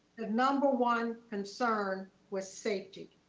the number one concern was safety.